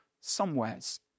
somewheres